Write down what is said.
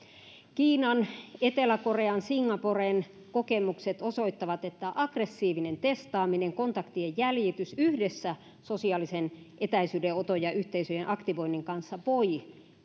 kiinan etelä korean singaporen kokemukset osoittavat että aggressiivinen testaaminen ja kontaktien jäljitys yhdessä sosiaalisen etäisyydenoton ja yhteisöjen aktivoinnin kanssa voi